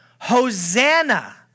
Hosanna